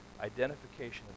identification